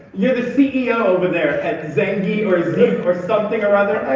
you're the ceo over there at zangi or or something or other? i